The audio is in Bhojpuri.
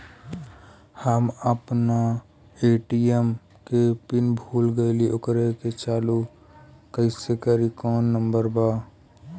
हम अपना ए.टी.एम के पिन भूला गईली ओकरा के चालू कइसे करी कौनो नंबर बा?